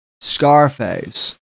Scarface